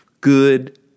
good